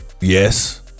Yes